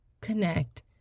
connect